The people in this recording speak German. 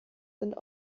sind